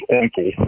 uncle